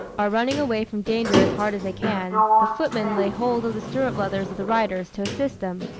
are running away from danger as hard as they can, the footmen lay hold of the stirrup-leathers of the riders, to assist them.